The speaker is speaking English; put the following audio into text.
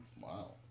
Wow